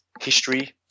history